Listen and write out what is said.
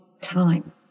time